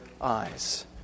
eyes